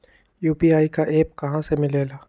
UPI का app कहा से मिलेला?